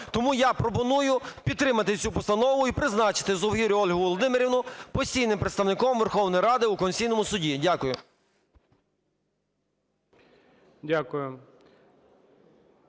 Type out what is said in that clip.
Тому я пропоную підтримати цю постанову і призначити Совгирю Ольгу Володимирівну постійним представником Верховної Ради в Конституційному Суді. Дякую.